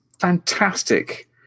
fantastic